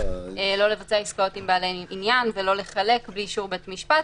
לא לבצע עסקאות עם בעלי עניין ולא לחלק בלי אישור בית משפט,